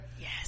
yes